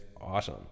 awesome